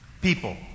people